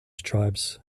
tribes